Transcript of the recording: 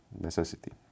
necessity